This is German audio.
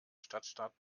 stadtstaat